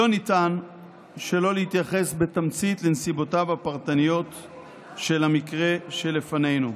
לא ניתן שלא להתייחס בתמצית לנסיבותיו הפרטניות של המקרה שלפנינו.